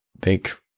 big